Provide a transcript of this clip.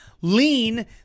Lean